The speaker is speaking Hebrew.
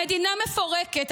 המדינה מפורקת,